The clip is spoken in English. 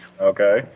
okay